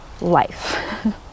life